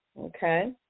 Okay